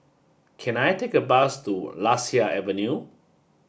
can I take a bus to Lasia Avenue